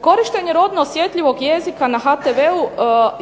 Korištenje rodno osjetljivog jezika na HTV-u